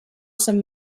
some